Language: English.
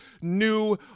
new